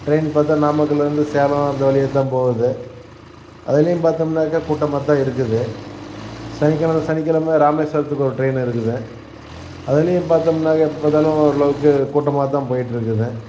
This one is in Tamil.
ட்ரெயின் பார்த்தா நாமக்கல்லருந்து சேலம் அந்த வழியாத்தான் போகுது அதிலையும் பார்த்தம்ன்னாக்க கூட்டமாகத்தான் இருக்குது சனிக்கிலம சனிக்கிலம ராமேஸ்வரத்துக்கு ஒரு ட்ரெயின் இருக்குது அதிலையும் பார்த்தமுன்னாக்க எப்போ பார்த்தாலும் ஓரளவுக்கு கூட்டமாகத்தான் போயிட்ருக்குது